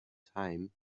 time